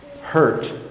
hurt